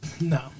No